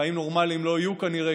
חיים נורמליים לא יהיו כנראה,